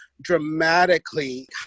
dramatically